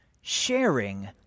sharing